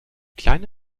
kleine